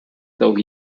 though